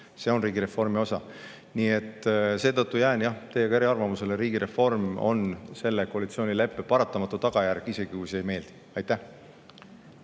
See on riigireformi osa. Nii et seetõttu jään eriarvamusele. Riigireform on selle koalitsioonileppe paratamatu tagajärg, isegi kui see ei meeldi. Aitäh!